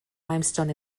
limestone